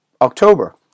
October